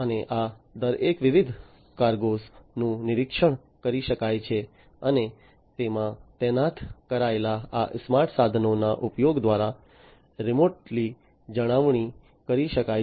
અને આ દરેક વિવિધ પ્રકારના કાર્ગોનું નિરીક્ષણ કરી શકાય છે અને તેમાં તૈનાત કરાયેલા આ સ્માર્ટ સાધનોના ઉપયોગ દ્વારા રિમોટલી જાળવણી કરી શકાય છે